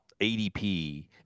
ADP